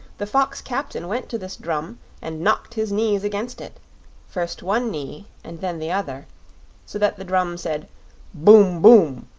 the fox-captain went to this drum and knocked his knees against it first one knee and then the other so that the drum said boom-boom.